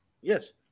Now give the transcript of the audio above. Yes